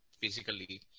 physically